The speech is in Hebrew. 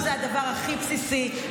שוויון הוא הדבר הכי בסיסי,